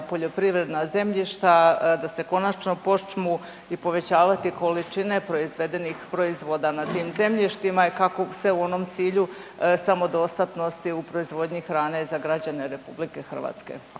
poljoprivredna zemljišta da se konačno počnu i povećavati količine proizvedenih proizvoda na tim zemljištima i kako sve u onom cilju samodostatnosti u proizvodnji hrane za građana RH. Hvala.